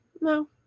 no